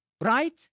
Right